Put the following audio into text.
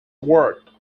worked